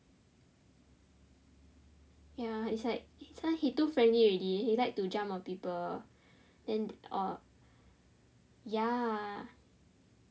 ya and it's like this he too friendly already he like to jump on people or ya